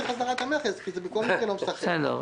בחזרה את המכס כי זה בכל מקרה לא משחק פה.